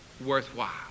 worthwhile